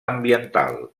ambiental